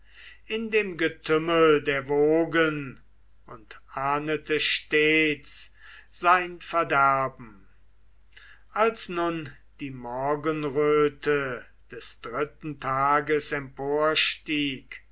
in dem getümmel der wogen und ahndete stets sein verderben als nun die morgenröte des dritten tages